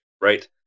Right